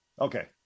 okay